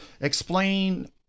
explain